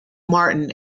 martin